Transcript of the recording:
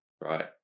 right